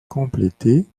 complétés